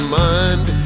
mind